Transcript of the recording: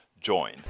join